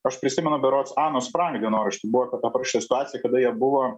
aš prisimenu berods anos frani dienoraštį buvo tokia parašyta situacija kada jie buvo